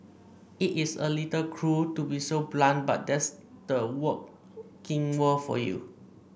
it's a little cruel to be so blunt but that's the working world for you